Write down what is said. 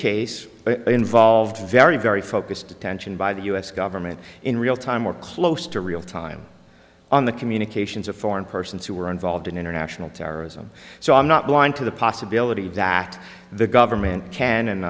case very very focused attention by the u s government in real time or close to real time on the communications of foreign persons who were involved in international terrorism so i'm not blind to the possibility that the government can and